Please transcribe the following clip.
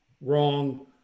Wrong